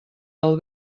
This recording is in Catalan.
del